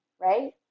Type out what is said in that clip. right